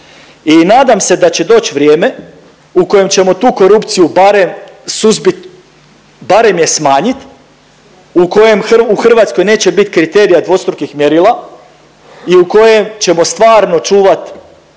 I nadam se da će doć vrijeme u kojem ćemo tu korupciju barem suzbit, barem je smanjit, u kojem u Hrvatskoj neće bit kriterija dvostrukih mjerila i u kojem ćemo stvarno čuvat